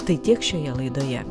tai tiek šioje laidoje